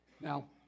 Now